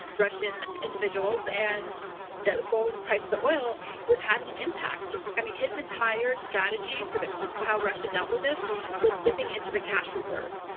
russian individuals, and the lowest price the oil was having an impact. i mean his entire strategy for how russia dealt with this was dipping into the cash reserve,